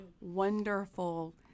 wonderful